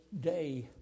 day